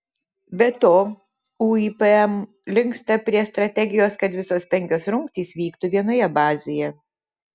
be to uipm linksta prie strategijos kad visos penkios rungtys vyktų vienoje bazėje